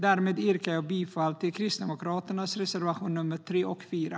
Därmed yrkar jag bifall till Kristdemokraternas reservationer 3 och 4.